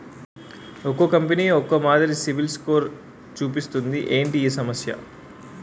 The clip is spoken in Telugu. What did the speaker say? ఒక్కో కంపెనీ ఒక్కో మాదిరి సిబిల్ స్కోర్ చూపిస్తుంది ఏంటి ఈ సమస్య?